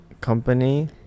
company